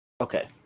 Okay